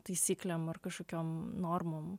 taisyklėm ar kažkokiom normom